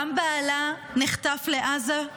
גם בעלה נחטף לעזה,